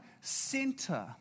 center